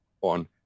on